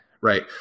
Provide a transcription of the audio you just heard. right